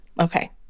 Okay